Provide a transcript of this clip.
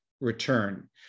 return